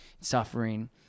suffering